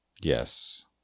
Yes